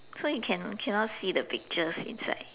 so you can cannot see the pictures inside